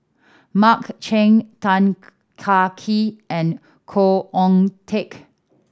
Mark Chan Tan Kah Kee and Khoo Oon Teik